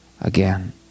again